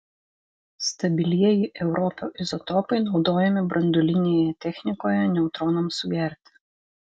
stabilieji europio izotopai naudojami branduolinėje technikoje neutronams sugerti